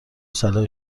صلاح